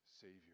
savior